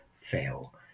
fail